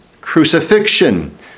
crucifixion